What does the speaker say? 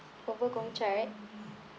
over Gongcha right